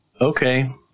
Okay